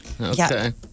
Okay